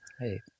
Hey